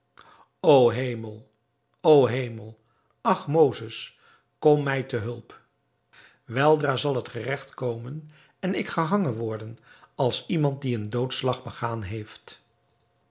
o hemel o hemel ach mozes kom mij te hulp weldra zal het geregt komen en ik gehangen worden als iemand die een doodslag begaan heeft